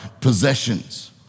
possessions